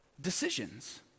decisions